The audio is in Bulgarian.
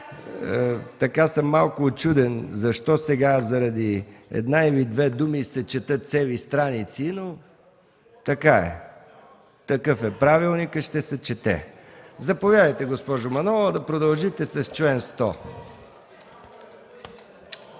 Аз съм малко учуден защо заради една или две думи се четат цели страници, но такъв е правилникът – ще се чете. Заповядайте, госпожо Манолова, да продължите с чл. 100.